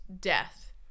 death